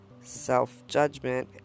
self-judgment